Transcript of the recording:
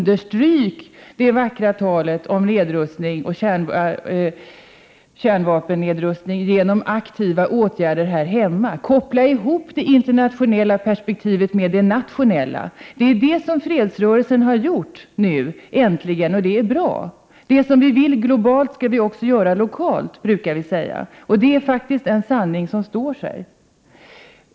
Det vackra talet om nedrustning och kärnvapennedrustning måste dock understrykas genom aktiva åtgärder här hemma. Koppla ihop det internationella perspektivet med det nationella. Det har fredsrörelserna nu äntligen gjort, och det är bra. Det som vi vill göra globalt, skall vi också göra lokalt, brukar vi säga. Det är faktiskt en sanning som står sig.